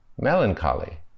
melancholy